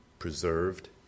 preserved